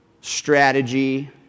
strategy